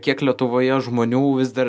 kiek lietuvoje žmonių vis dar